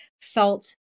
felt